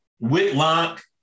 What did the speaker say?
Whitlock